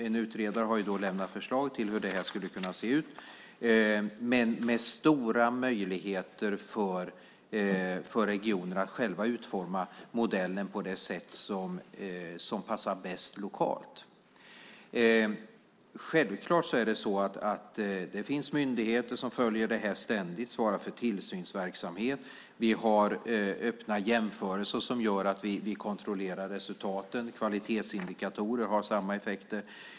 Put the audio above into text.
En utredare har lämnat förslag till hur det skulle kunna se ut, med stora möjligheter för regionerna att själva utforma modellen på det sätt som passar bäst lokalt. Självklart finns det myndigheter som ständigt följer det här och svarar för tillsynsverksamhet. Vi har öppna jämförelser som gör att vi kontrollerar resultaten. Kvalitetsindikatorerna har samma effekt.